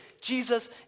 Jesus